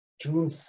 June